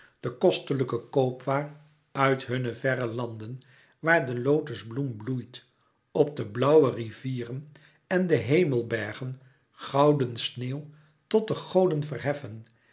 de kostelijke koopwaar uit hunne verre landen waar de lotosbloem bloeit op de blauwe rivieren en de hemelbergen gouden sneeuw tot de goden verheffen